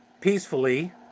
peacefully